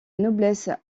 noblesse